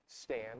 stand